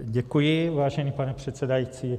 Děkuji, vážený pane předsedající.